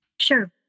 Sure